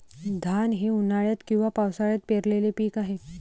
धान हे उन्हाळ्यात किंवा पावसाळ्यात पेरलेले पीक आहे